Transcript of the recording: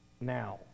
now